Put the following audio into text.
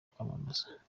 kwamamaza